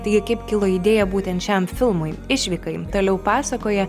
tai kaip kilo idėja būtent šiam filmui išvykai toliau pasakoja